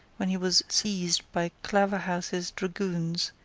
when he was seized by claverhouse's dragoons,